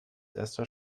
erster